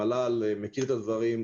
המל"ל מכיר את הדברים,